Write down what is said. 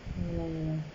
ya lah ya lah